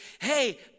hey